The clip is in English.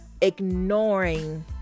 ignoring